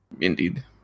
Indeed